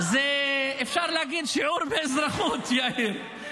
-- זה, אפשר להגיד, שיעור באזרחות, יאיר.